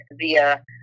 via